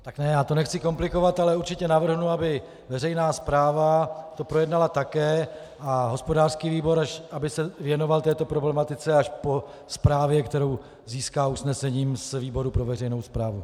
Ne, já to nechci komplikovat, ale určitě navrhnu, aby veřejná správa to projednala také a hospodářský výbor aby se věnoval této problematice až po zprávě, kterou získá usnesením z výboru pro veřejnou správu.